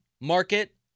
market